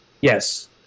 Yes